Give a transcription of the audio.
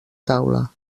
taula